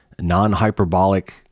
non-hyperbolic